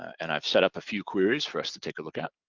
and i've set up a few queries for us to take a look at.